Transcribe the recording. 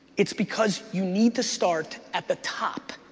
it's because you need to start at the top,